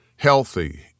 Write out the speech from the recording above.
healthy